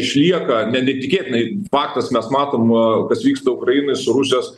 išlieka ne ne netikėtinai faktas mes matom kas vyksta ukrainoj su rusijos